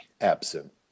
Absent